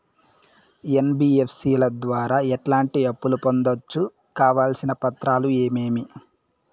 NBFC ల ద్వారా ఎట్లాంటి అప్పులు పొందొచ్చు? కావాల్సిన పత్రాలు ఏమేమి?